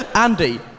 Andy